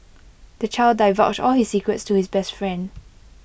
the child divulged all his secrets to his best friend